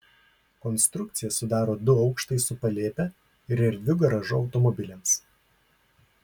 konstrukciją sudaro du aukštai su palėpe ir erdviu garažu automobiliams